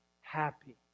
happy